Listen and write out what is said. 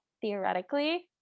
theoretically